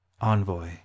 envoy